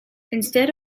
instead